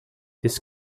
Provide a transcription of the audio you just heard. this